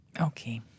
Okay